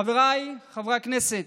חבריי חברי הכנסת,